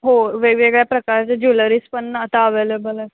हो वेगवेगळ्या प्रकारचे ज्वेलरीज पण आता अवेलेबल आहेत